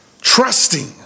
trusting